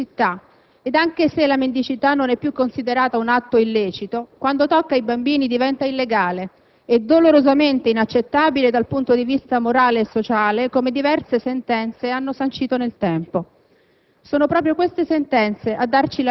Il fenomeno si intensifica nelle grandi città e anche se la mendicità non è più considerato un atto illecito quando tocca i bambini diventa illegale e dolorosamente inaccettabile dal punto di vista morale e sociale, come diverse sentenze hanno sancito nel tempo.